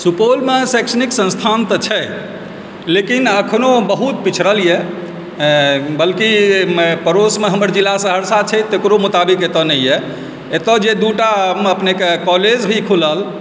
सुपौलमे शैक्षणिक संस्थान तऽ छै लेकिन एखनो ओ बहुत पिछड़ल यए बल्कि पड़ोसमे हमर जिला सहरसा छै तकरो मुताबिक एतय नहि यए एतय जे दूटा हम अपनेके कॉलेज भी खुलल